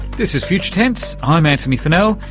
this is future tense, i'm antony funnell,